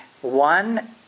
One